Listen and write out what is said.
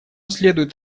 следует